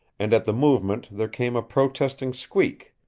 and at the movement there came a protesting squeak,